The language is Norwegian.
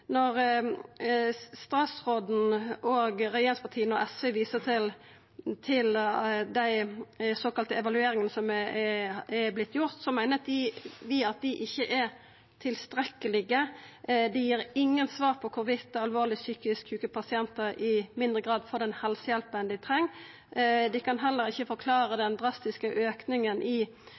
Når statsråden og regjeringspartia og SV viser til dei såkalla evalueringane som er vortne utførte, meiner vi at dei ikkje er tilstrekkelege. Dei gir ingen svar på om alvorleg psykisk sjuke pasientar i mindre grad får den helsehjelpa dei treng. Dei kan heller ikkje forklara den drastiske auken i